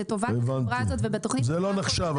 זה לא נחשב.